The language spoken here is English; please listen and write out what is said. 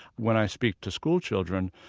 when i speak to schoolchildren,